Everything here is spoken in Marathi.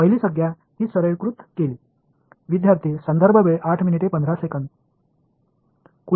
पहिली संज्ञा जी सरलीकृत केली